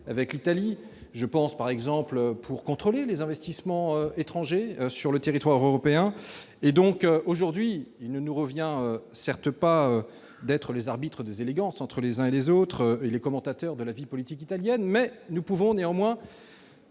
avec elle, par exemple, pour contrôler les investissements étrangers sur le territoire européen. Aujourd'hui, il ne nous revient certes pas d'être les arbitres des élégances entre les uns, les autres et les commentateurs de la vie politique italienne. Nous pouvons néanmoins